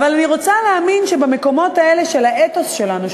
אבל אני רוצה להאמין שבמקומות האלה של האתוס שלנו,